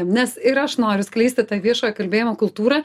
nes ir aš noriu skleisti tą viešojo kalbėjimo kultūrą